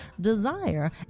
desire